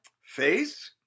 faith